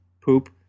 poop